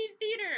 theater